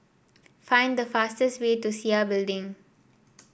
find the fastest way to Sia Building